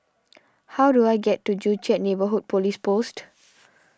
how do I get to Joo Chiat Neighbourhood Police Post